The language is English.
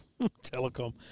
Telecom